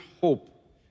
hope